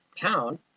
town